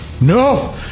no